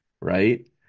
right